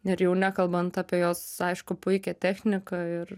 ir jau nekalbant apie jos aišku puikią techniką ir